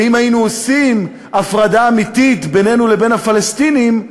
ואם היינו עושים הפרדה אמיתית בינינו לבין הפלסטינים,